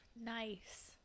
Nice